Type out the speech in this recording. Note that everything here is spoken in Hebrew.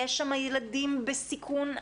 יש שם ילדים בסיכון אדיר,